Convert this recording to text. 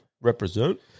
Represent